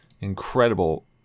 incredible